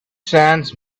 sands